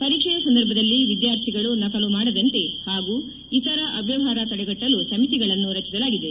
ಪರೀಕ್ಷೆ ಸಂದರ್ಭದಲ್ಲಿ ವಿದ್ಯಾರ್ಥಿಗಳು ನಕಲು ಮಾಡದಂತೆ ಹಾಗೂ ಇತರ ಅವ್ಯವಹಾರ ತಡೆಗಟ್ಟಲು ಸಮಿತಿಗಳನ್ನು ರಚಿಸಲಾಗಿದೆ